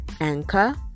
Anchor